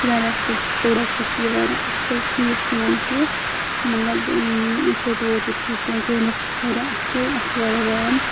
یہِ چھُ واریاہ اَصٕل پروڈَکٹہٕ چھِ یہِ واریاہ اَصٕل ٹھیٖک فون چھِ یہِ مطلب فوٹو ووٹو ٹھیٖک تُلان کیمرا چھِ اَتھ واریاہ اَصٕل اَتھ چھِ واریاہ ریم